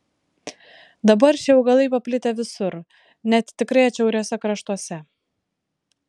dabar šie augalai paplitę visur net tikrai atšiauriuose kraštuose